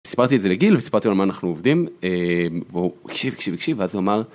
ספרתי את זה לגיל וספרתי על מה אנחנו עובדים והוא הקשיב הקשיב הקשיב ואז אמר.